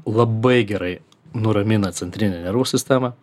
labai gerai nuramina centrinę nervų sistemą